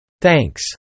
Thanks